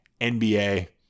NBA